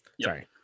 sorry